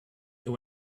than